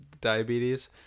diabetes